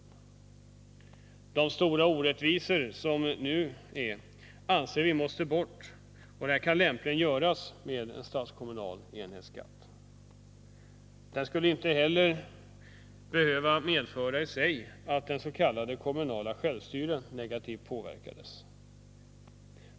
Vi anser att de stora orättvisor som nu finns måste bort, och detta kan lämpligen göras med en statskommunal enhetsskatt. Den skulle inte heller i sig behöva medföra att det s.k. kommunala självstyret påverkas negativt.